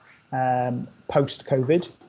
post-COVID